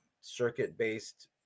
circuit-based